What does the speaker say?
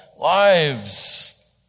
lives